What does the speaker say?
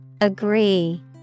Agree